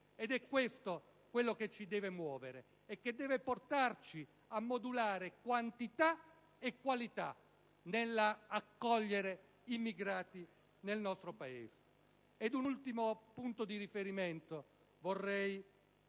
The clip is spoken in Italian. È questo quello che deve muoverci e che deve portarci a modulare quantità e qualità nell'accoglienza agli immigrati nel nostro Paese. L'ultimo punto di riferimento che vorrei